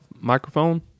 microphone